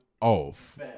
off